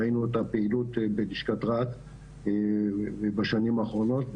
ראינו את הפעילות בלשכת רהט בשנים האחרונות,